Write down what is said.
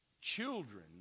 children